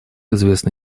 известно